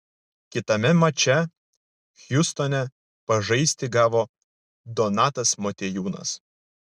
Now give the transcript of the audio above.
kitame mače hjustone pažaisti gavo donatas motiejūnas